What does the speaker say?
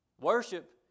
Worship